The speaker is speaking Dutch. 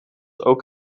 ook